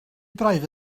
braidd